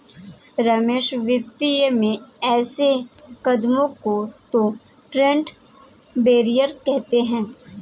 रमेश वित्तीय में ऐसे कदमों को तो ट्रेड बैरियर कहते हैं